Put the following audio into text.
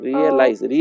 Realize